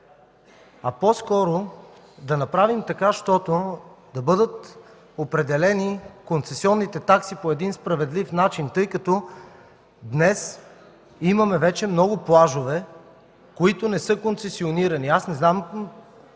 а по-скоро да направим така, щото да бъдат определени концесионните такси по един справедлив начин, тъй като днес имаме вече много плажове, които не са отдадени на